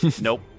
Nope